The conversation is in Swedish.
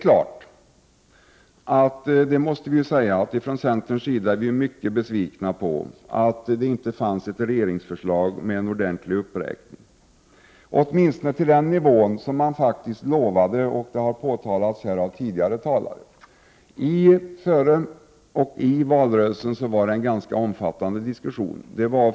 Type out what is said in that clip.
Ifrån centerns sida är vi naturligtvis mycket besvikna på att inte regeringsförslaget innehöll en ordentlig uppräkning, åtminstone till den nivå man faktiskt lovat — vilket påtalats av tidigare talare. I valrörelsen förekom en ganska omfattande diskussion.